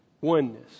Oneness